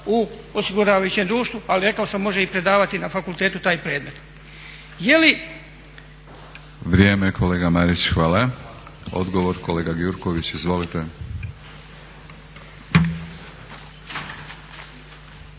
u osiguravajuće društvu, ali rekao sam može i predavati na fakultetu taj predmet. **Batinić, Milorad (HNS)** Vrijeme kolega Marić. Hvala. Odgovor kolega Gjurković. Izvolite.